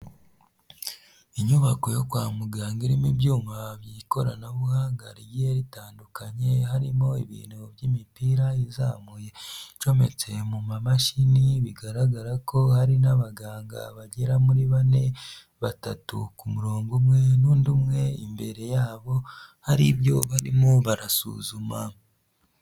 Inyubako yo kwa muganga irimo ibyuma by'ikoranabuhanga rigiye ritandukanye, harimo ibintu by'imipira izamuye icometse mu mamashini, bigaragara ko hari n'abaganga bagera muri bane batatu ku murongo umwe, n'undi umwe imbere yabo hari ibyo barimo barasuzuma.